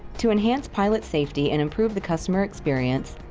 to enhance pilot safety and improve the customer experience,